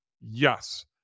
Yes